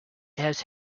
has